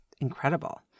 incredible